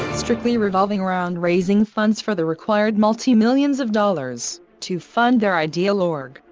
strictly revolving around raising funds for the required multi-millions of dollars, to fund their ideal org.